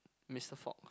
Mister Fox